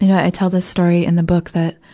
you know i tell this story in the book that,